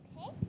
Okay